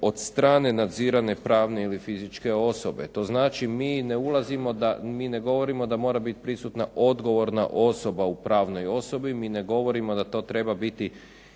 od strane nadzirane pravne ili fizičke osobe. To znači mi ne ulazimo, mi ne govorimo da mora biti prisutna odgovorna osoba u pravnoj osobi, mi ne govorimo da to treba biti